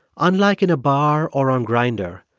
unlike in a bar or on grinder,